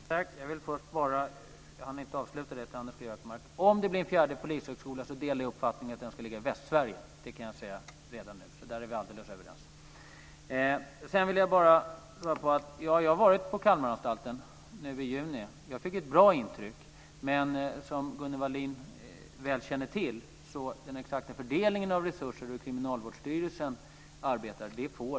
Fru talman! Jag vill först bara avsluta det jag skulle säga till Anders G Högmark. Om det blir en fjärde polishögskola delar jag uppfattningen att den ska ligga i Västsverige. Det kan jag säga redan nu, så där är vi alldeles överens. Jag var på Kalmaranstalten nu i juni. Jag fick ett bra intryck. Men som Gunnel Wallin väl känner till får och kan jag inte lägga mig i den exakta fördelningen av resurser och hur Kriminalvårdsstyrelsen arbetar.